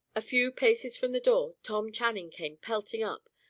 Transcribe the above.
a few paces from the door tom channing came pelting up,